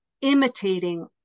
imitating